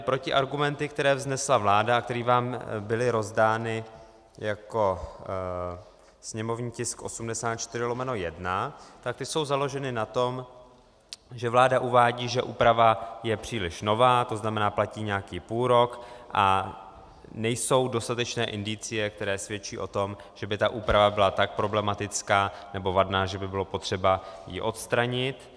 Protiargumenty, které vznesla vláda a které vám byly rozdány jako sněmovní tisk 84/1, jsou založeny na tom, že vláda uvádí, že úprava je příliš nová, to znamená, platí nějaký půlrok, a nejsou dostatečné indicie, které svědčí o tom, že by ta úprava byla tak problematická nebo vadná, že by ji bylo potřeba odstranit.